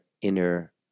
inner